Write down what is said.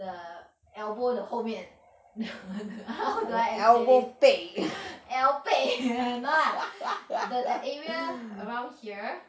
the elbow 的后面 how do I explain this el~ 背 no lah the the area around here